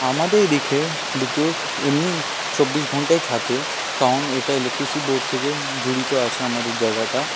আমাদের এদিকে বিদ্যুৎ এমনি চব্বিশ ঘন্টাই থাকে কারণ এটা ইলেকট্রিসিটি বোর্ড থেকে জড়িত আছে আমাদের জায়গাটা